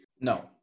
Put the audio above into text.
No